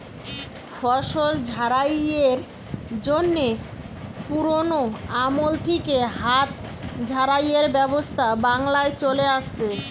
ফসল ঝাড়াইয়ের জন্যে পুরোনো আমল থিকে হাত ঝাড়াইয়ের ব্যবস্থা বাংলায় চলে আসছে